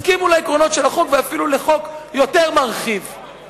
הסכימו לעקרונות של החוק ואפילו לחוק מרחיב יותר,